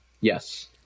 Yes